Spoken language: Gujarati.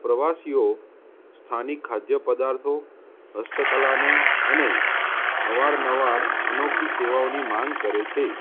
પ્રવાસીઓ સ્થાનિક ખાદ્ય પદાર્થો હસ્તકલાને અને અવારનવાર અનોખી સેવાઓની માંગ કરે છે